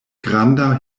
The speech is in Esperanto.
granda